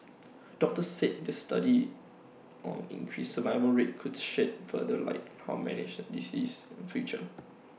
doctors said this study on increased survival rate could shed further light on manage disease in future